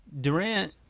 Durant